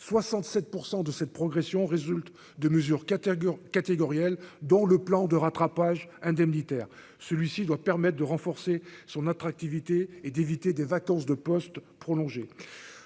67 % de cette progression résulte de mesures catégoriels dont le plan de rattrapage indemnitaire, celui-ci doit permettre de renforcer son attractivité et d'éviter des vacances de postes prolonger